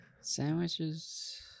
Sandwiches